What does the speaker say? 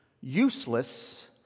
useless